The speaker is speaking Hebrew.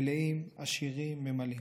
מלאים, עשירים, ממלאים.